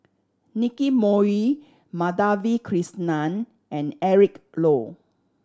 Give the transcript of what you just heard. Nicky Moey Madhavi Krishnan and Eric Low